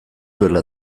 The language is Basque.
zuela